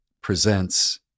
Presents